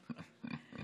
נכון.